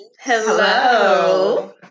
Hello